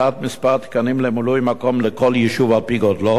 הקצאת כמה תקנים למילוי-מקום לכל יישוב על-פי גודלו,